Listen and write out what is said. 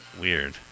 Weird